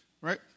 right